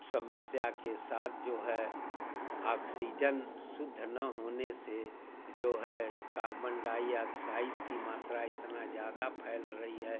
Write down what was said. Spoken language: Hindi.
समस्या के साथ जो है आक्सीजन शुद्ध ना होने से जो है कार्बनडाईआक्साइद की मात्रा इतना ज़्यादा फैल रहा है